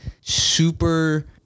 super